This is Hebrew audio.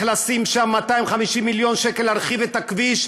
לשים שם 250 מיליון שקל להרחיב את הכביש,